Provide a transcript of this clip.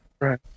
Right